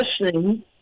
listening